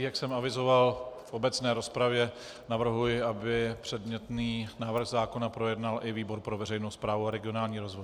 Jak jsem avizoval v obecné rozpravě, navrhuji, aby předmětný návrh zákona projednal i výbor pro veřejnou správu a regionální rozvoj.